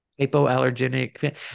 hypoallergenic